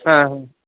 हां हां